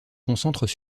concentrent